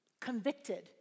convicted